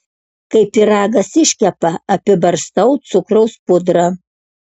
kai pyragas iškepa apibarstau cukraus pudra